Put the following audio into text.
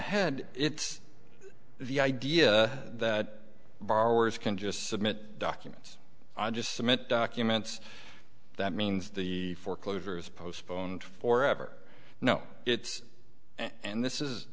head it's the idea that borrowers can just submit documents i just submit documents that means the foreclosure is postponed for ever no it's and this is